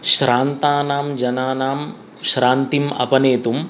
श्रान्तानां जनानां श्रान्तिम् अपनेतुम्